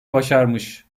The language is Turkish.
başarmış